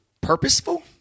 purposeful